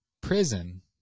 prison